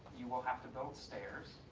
you will have to build stairs,